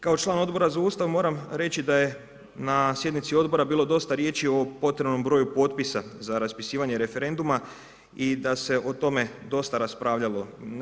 Kao član Odbora za Ustav moram reći da je na sjednici Odbora bilo dosta riječi o potrebnom broju potpisa za raspisivanje referenduma i da se o tome dosta raspravljalo.